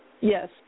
yes